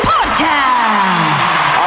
Podcast